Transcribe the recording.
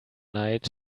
night